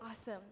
awesome